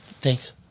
Thanks